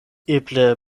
eble